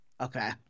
Okay